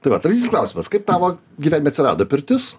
tai va tarysis klausimas kaip tavo gyvenime atsirado pirtis